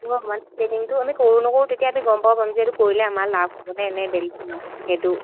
অঁ মানে ট্ৰেণিঙটো আমি কৰোঁ নকৰোঁ তেতিয়া আমি গম পাম যে এইটো কৰিলে আমাৰ লাভ হ'বনে এনেই বেলেগ ন সেইটো